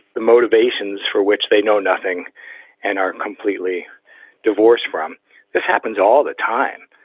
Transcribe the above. the motivations for which they know nothing and are completely divorced from this happens all the time.